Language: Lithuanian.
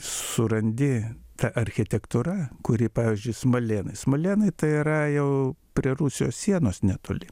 surandi ta architektūra kuri pavyzdžiui smalėnai smalėnai tai yra jau prie rusijos sienos netoli